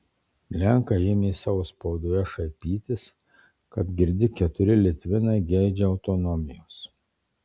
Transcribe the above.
lenkai ėmė savo spaudoje šaipytis kad girdi keturi litvinai geidžia autonomijos